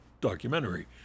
documentary